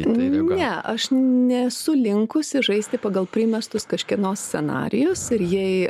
ne aš nesu linkusi žaisti pagal primestus kažkieno scenarijus ir jei